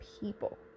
people